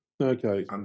Okay